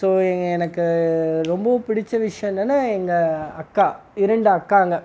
so எனக்கு ரொம்பவும் பிடித்த விஷயம் என்னென்னா எங்கள் அக்கா இரண்டு அக்காங்க